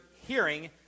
hearing